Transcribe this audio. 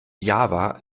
java